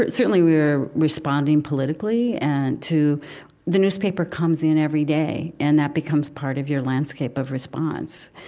certainly we were responding politically and to the newspaper comes in every day, and that becomes part of your landscape of response.